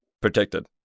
Protected